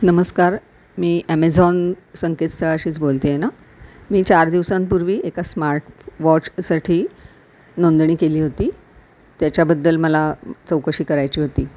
नमस्कार मी ॲमेझॉन संकेतस्थळाशीच बोलते आहे ना मी चार दिवसांपूर्वी एका स्मार्टवॉचसाठी नोंदणी केली होती त्याच्याबद्दल मला चौकशी करायची होती